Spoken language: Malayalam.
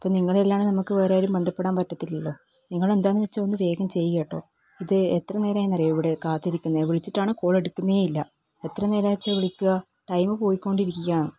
അപ്പം നിങ്ങളെ അല്ലാതെ നമുക്ക് വേറെ ആരെയും ബന്ധപ്പെടാൻ പറ്റത്തില്ലല്ലോ നിങ്ങളെന്താണെന്ന് വെച്ചാൽ ഒന്ന് വേഗം ചെയ്യ് കേട്ടോ ഇത് എത്ര നേരമായെന്നറിയോ ഇവിടെ കാത്തിരിക്കുന്നത് വിളിച്ചിട്ടാണെങ്കിൽ കോളെടുക്കുന്നേ ഇല്ല എത്ര നേരാച്ച വിളിക്കുക ടൈംമ് പോയി കൊണ്ടിരിക്കുകയാണ്